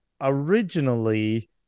originally